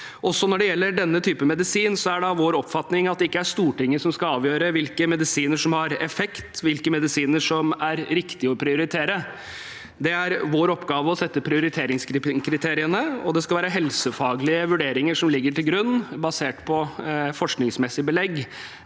når det gjelder denne typen medisin, er det vår oppfatning at det ikke er Stortinget som skal avgjøre hvilke medisiner som har effekt, og hvilke medisiner det er riktig å prioritere. Det er vår oppgave å sette prioriteringskriteriene. Det skal være helsefaglige vurderinger basert på forskningsmessig belegg